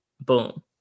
boom